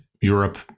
Europe